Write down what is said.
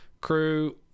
crew